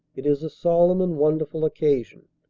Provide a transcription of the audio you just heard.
it is a solemn and wonderful occasion.